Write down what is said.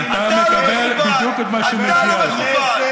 אתה מקבל בדיוק את מה שמגיע לך.